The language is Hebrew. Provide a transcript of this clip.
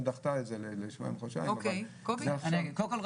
קודם כול,